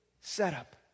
setup